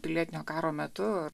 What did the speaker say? pilietinio karo metu